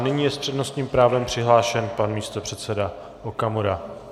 Nyní je s přednostním právem přihlášen pan místopředseda Okamura.